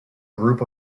group